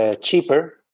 cheaper